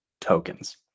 tokens